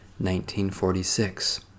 1946